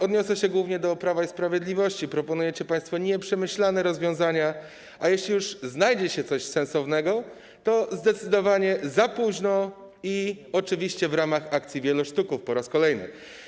Odniosę się głównie do Prawa i Sprawiedliwości - proponujecie państwo nieprzemyślane rozwiązania, a jeśli już znajdzie się coś sensownego, to zdecydowanie za późno i oczywiście w ramach akcji wielosztuków po raz kolejny.